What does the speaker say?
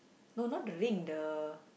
no not the ring the